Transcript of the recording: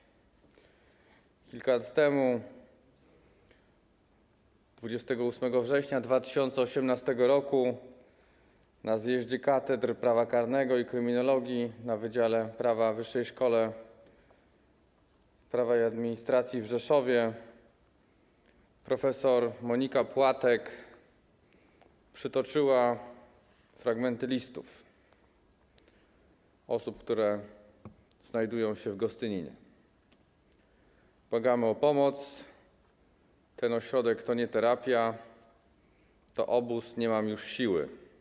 Kilka lat temu, 28 września 2018 r., na zjeździe katedr prawa karnego i kryminologii na wydziale prawa w Wyższej Szkole Prawa i Administracji w Rzeszowie prof. Monika Płatek przytoczyła fragmenty listów osób, które znajdują się w Gostyninie: błagamy o pomoc, ten ośrodek to nie terapia, to obóz, nie mam już siły.